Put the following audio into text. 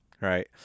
right